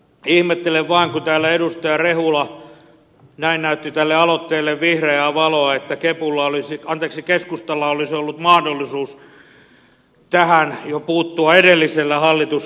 ihmettelen vain että täällä edustaja rehula näin näytti tälle aloitteelle vihreää valoa koska keskustalla olisi ollut mahdollisuus tähän puuttua jo edellisellä hallituskaudella